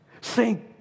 Sing